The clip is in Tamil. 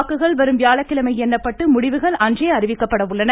வாக்குகள் வரும் வியாழக்கிழமை எண்ணப்பட்டு முடிவுகள் அன்றே அறிவிக்கப்பட உள்ளன